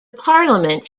parliament